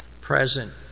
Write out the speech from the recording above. present